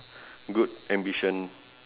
good ambition